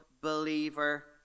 believer